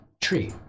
tree